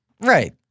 Right